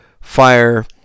fire